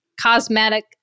cosmetic